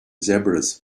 zebras